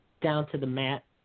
down-to-the-mat